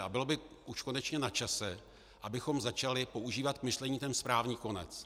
A bylo by už konečně načase, abychom začali používat k myšlení ten správný konec.